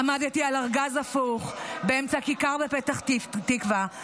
עמדתי על ארגז הפוך באמצע כיכר בפתח תקווה,